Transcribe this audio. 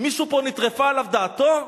מישהו פה נטרפה עליו דעתו?